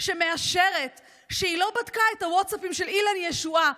שמאשרת שהיא לא בדקה את הווטסאפים של אילן ישועה.